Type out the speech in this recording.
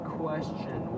question